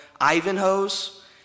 Ivanhoe's